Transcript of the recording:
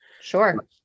Sure